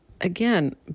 again